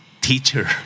teacher